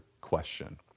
question